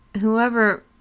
whoever